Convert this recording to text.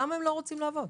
למה הם לא רוצים לעבוד?